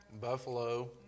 buffalo